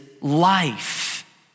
life